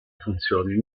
funzioni